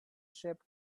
ship